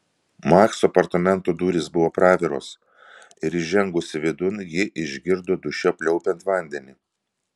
makso apartamentų durys buvo praviros ir įžengusi vidun ji išgirdo duše pliaupiant vandenį